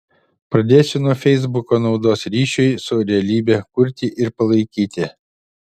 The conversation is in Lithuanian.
pradėsiu nuo feisbuko naudos ryšiui su realybe kurti ir palaikyti